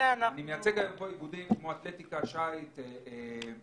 אני מייצג פה איגודים כמו: אתלטיקה, שיט ואופניים.